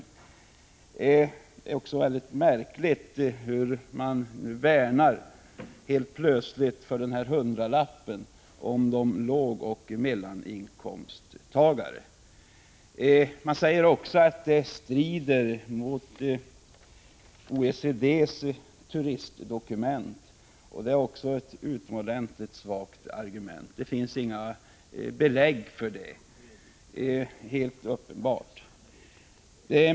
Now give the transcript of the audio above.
Det är mycket märkligt hur man nu helt plötsligt värnar om denna hundralapp för lågoch mellaninkomsttagarna. Man säger att denna höjning strider mot OECD:s turistdokument. Det är ett utomordentligt svagt argument. Det finns inte några belägg för detta. Det är helt uppenbart.